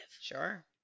Sure